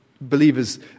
believers